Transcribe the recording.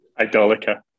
Idolica